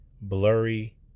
blurry